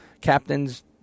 captain's